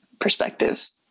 perspectives